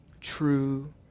true